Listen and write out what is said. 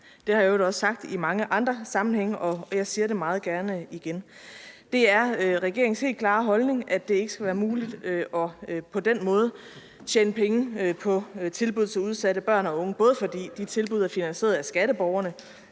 Det har jeg i øvrigt også sagt i mange andre sammenhænge, og jeg siger det meget gerne igen. Det er regeringens helt klare holdning, at det ikke skal være muligt på den måde at tjene penge på tilbud til udsatte børn og unge, både fordi de tilbud er finansieret af skatteborgerne,